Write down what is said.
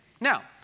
Now